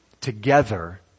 together